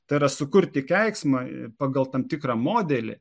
tai yra sukurti keiksmą pagal tam tikrą modelį